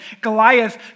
Goliath